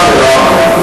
חברת הכנסת מירי רגב.